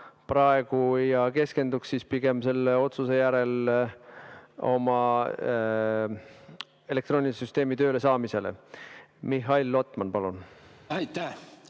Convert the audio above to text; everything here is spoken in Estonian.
praegu. Ja keskenduks pigem selle otsuse järel oma elektroonilise süsteemi töölesaamisele. Mihhail Lotman, palun! Aitäh!